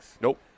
Nope